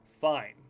Fine